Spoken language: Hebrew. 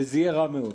וזה יהיה רע מאוד.